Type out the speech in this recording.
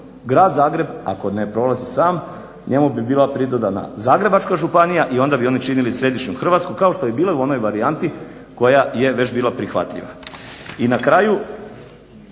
Grad Zagreb, ako ne prolazi sam njemu bi bila pridodana Zagrebačka županija i onda bi oni činili središnju Hrvatsku kao što je bilo i u onoj varijanti koja je već bila prihvatljiva. I na kraju,